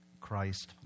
Christ